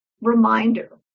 reminder